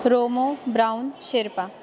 Romo brown Sherpa